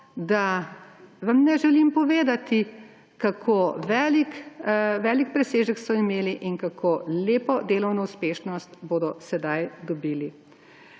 da vam ne želim povedati, kako velik presežek so imeli in kako lepo delovno uspešnost bodo zdaj dobili.